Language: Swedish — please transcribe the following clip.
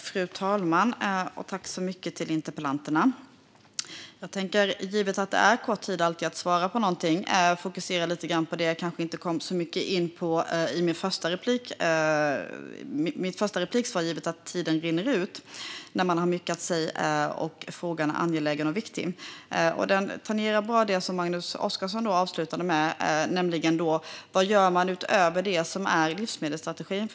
Fru talman, interpellanten och Magnus Oscarsson! Givet att det alltid är kort tid att svara på frågor tänker jag fokusera lite grann på det som jag kanske inte kom så mycket in på i mitt första inlägg. Tiden rinner snabbt ut när man har mycket att säga och frågan är angelägen och viktig. Detta tangerar på ett bra sätt det som Magnus Oscarsson avslutade med, nämligen vad man gör utöver det som är livsmedelsstrategin.